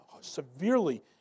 severely